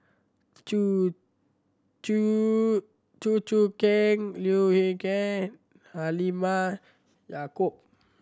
Chew Choo Chew Choo Keng Leu Yew Chye Halimah Yacob